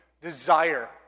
desire